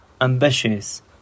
ambitious